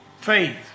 faith